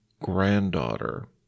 granddaughter